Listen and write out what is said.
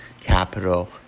capital